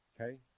Okay